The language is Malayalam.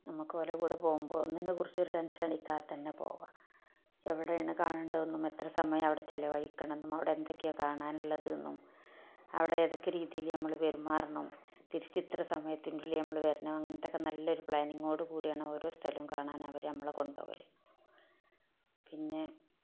നമ്മൾക്ക് ഓലെ കൂടെ പോവുമ്പോൾ ഒന്നിനെ കുറിച്ചും ഒരു ടെൻഷൻ അടിക്കാതെ തന്നെ പോവാം എവിടെയാണ് കാണണ്ടതെന്നും എത്ര സമയം അവിടെ ചെലവഴിക്കണമെന്നും അവിടെ എന്തൊക്കെയാണ് കാണാനുള്ളതെന്നും അവിടെ ഏതൊക്കെ രീതിയിൽ നമ്മൾ പെരുമാറണം തിരിച്ച് ഇത്ര സമയത്തിനുള്ളിൽ നമ്മൾ വെരണം അങ്ങൻത്തെക്കെ നല്ല ഒരു പ്ലാനിങ്ങോടു കൂടിയാണ് ഓരോ സ്ഥലവും കാണാൻ അവർ നമ്മളെ കൊണ്ടു പോവൽ പിന്നെ